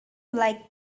like